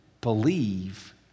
believe